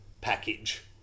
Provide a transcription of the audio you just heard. package